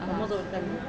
(uh huh)